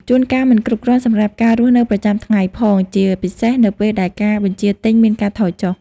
ជួនកាលមិនគ្រប់គ្រាន់សម្រាប់ការរស់នៅប្រចាំថ្ងៃផង ជាពិសេសនៅពេលដែលការបញ្ជាទិញមានការថយចុះ។